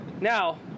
Now